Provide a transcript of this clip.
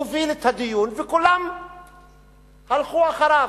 הוביל את הדיון, וכולם הלכו אחריו.